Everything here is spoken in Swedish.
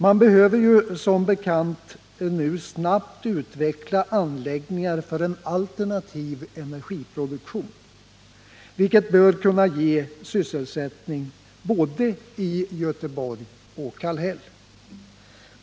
Man behöver nu som bekant snabbt utveckla anläggningar för alternativ energiproduktion, vilket bör kunna ge sysselsättning både i Göteborg och i Kallhäll.